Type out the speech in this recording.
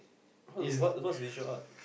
what what what's visual art